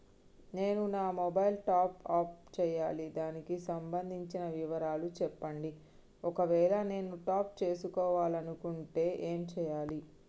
నేను నా mobile top up చేయాలి దానికి సంబంధించిన వివరాలు చెప్పండి ఒకవేళ నేను టాప్ చేసుకోవాలనుకుంటే ఏం చేయాలి?